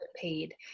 paid